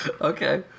Okay